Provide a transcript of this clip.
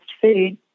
food